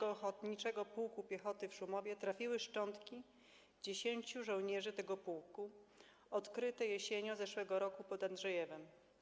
Ochotniczego Pułku Piechoty w Szumowie trafiły szczątki 10 żołnierzy tego pułku odkryte jesienią zeszłego roku pod Andrzejewem.